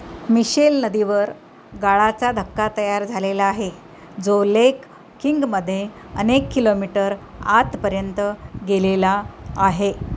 Michel नदीवर गाळाचा धक्का तयार झालेला आहे जो लेक किंगमध्ये अनेक किलोमीटर आतपर्यंत गेलेला आहे